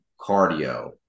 Cardio